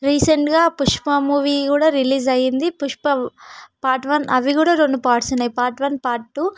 రీసెంట్గా పుష్ప మూవీ కూడా రిలీజ్ అయింది పుష్ప పార్ట్ వన్ అవి కూడా రెండు పార్ట్స్ ఉన్నాయి పార్ట్ వన్ పార్ట్ టూ